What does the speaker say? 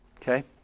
Okay